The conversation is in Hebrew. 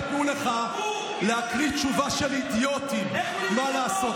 לכן, נתנו לך להקריא תשובה של אידיוטים, מה לעשות?